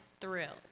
thrilled